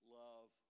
love